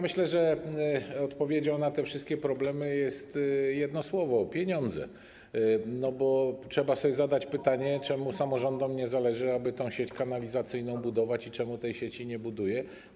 Myślę, że odpowiedzią na te wszystkie problemy jest jedno słowo: pieniądze, bo trzeba sobie zadać pytanie, dlaczego samorządom nie zależy, aby tę sieć kanalizacyjną budować, i dlaczego tej sieci nie buduje.